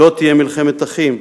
"לא תהיה מלחמת אחים!",